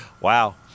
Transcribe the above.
wow